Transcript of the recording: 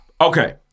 okay